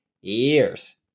Years